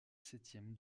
septième